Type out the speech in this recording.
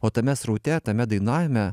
o tame sraute tame dainavime